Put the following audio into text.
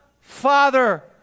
Father